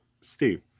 Steve